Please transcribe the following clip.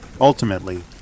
ultimately